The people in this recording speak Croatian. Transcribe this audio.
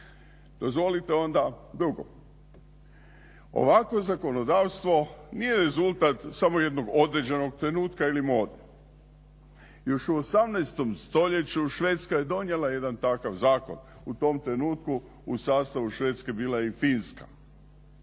Dozvolite onda drugo. Ovako zakonodavstvo nije rezultat samo jednog određenog trenutka ili …. Još u 18. stoljeću Švedska je donijela jedan takav zakon, u tom trenutku u sastavu Švedske bila je i Finska